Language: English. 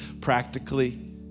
practically